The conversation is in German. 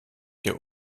der